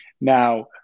now